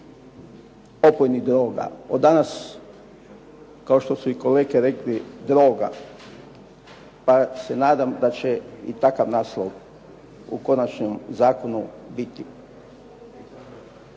opojnih droga. Od danas kao što su i kolege rekli droga pa se nadam da će i takav naslov u konačnom zakonu biti.